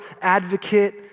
advocate